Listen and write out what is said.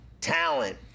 talent